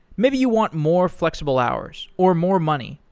maybe you want more flexible hours, or more money,